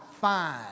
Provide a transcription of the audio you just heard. fine